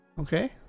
okay